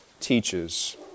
teaches